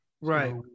right